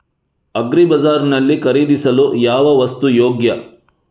Agri Bazaar ನಲ್ಲಿ ಖರೀದಿಸಲು ಯಾವ ವಸ್ತು ಯೋಗ್ಯ?